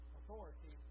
authority